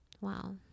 Wow